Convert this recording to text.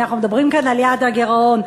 אנחנו מדברים כאן על יעד הגירעון,